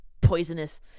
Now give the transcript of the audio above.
poisonous